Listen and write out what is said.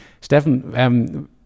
Stefan